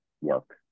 work